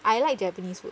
I like japanese food